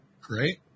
Great